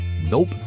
nope